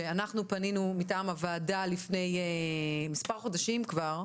שאנחנו פנינו מטעם הוועדה לפני מספר חודשים כבר,